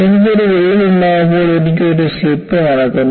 എനിക്ക് ഒരു വിള്ളൽ ഉണ്ടാകുമ്പോൾ എനിക്ക് ഒരു സ്ലിപ്പ് നടക്കുന്നു